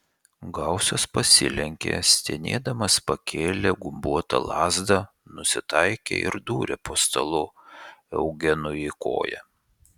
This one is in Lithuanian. gausas pasilenkė stenėdamas pakėlė gumbuotą lazdą nusitaikė ir dūrė po stalu eugenui į koją